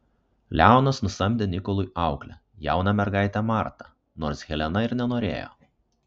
leonas nusamdė nikolui auklę jauną mergaitę martą nors helena ir nenorėjo